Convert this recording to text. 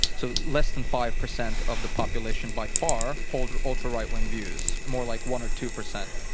so less than five percent of the population by far hold ultra-right wing views. more like one or two percent.